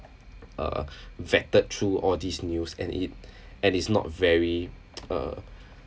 err vetted through all these news and it and it's not very uh